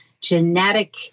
genetic